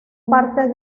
parte